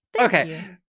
okay